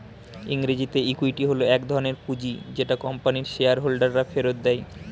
ইংরেজিতে ইক্যুইটি হল এক ধরণের পুঁজি যেটা কোম্পানির শেয়ার হোল্ডাররা ফেরত দেয়